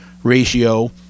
Ratio